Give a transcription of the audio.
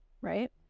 right